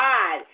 God